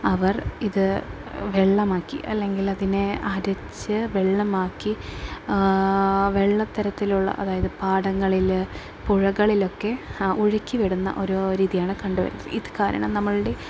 അവർ ഇത് വെള്ളമാക്കി അല്ലെങ്കിൽ അതിനെ അരച്ച് വെള്ളമാക്കി വെള്ളത്തരത്തിലുള്ള അതായത് പാടങ്ങളിൽ പുഴകളിലൊക്കെ ഒഴുക്കി വിടുന്ന ഓരോ രീതിയാണ് കണ്ടു വരുന്നത് ഇത് കാരണം നമ്മളുടെ